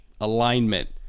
alignment